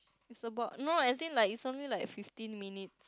is about no as in like it's only like fifteen minute